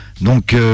Donc